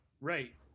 Right